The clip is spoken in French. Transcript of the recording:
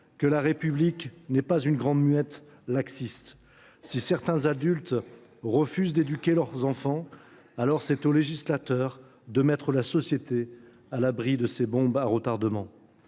que la République n’est pas une grande muette laxiste. Si certains adultes refusent d’éduquer leurs enfants, alors c’est au législateur de mettre la société à l’abri de ces bombes à retardement.